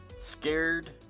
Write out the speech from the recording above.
scared